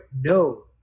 No